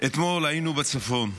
אתמול היינו בצפון,